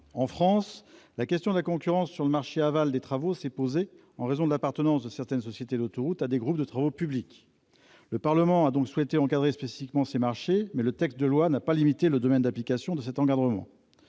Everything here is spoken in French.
En France, la question de la concurrence sur le marché aval des travaux s'est posée, en raison de l'appartenance de certaines sociétés d'autoroutes à des groupes de travaux publics. Le Parlement a donc souhaité encadrer spécifiquement ces marchés, mais le texte de loi n'a pas limité le domaine d'application de cet encadrement.